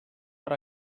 per